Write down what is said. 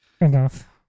Enough